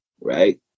right